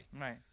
Right